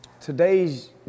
Today's